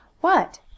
What